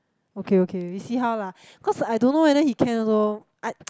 okay okay we see how lah cause I don't know whether he can also I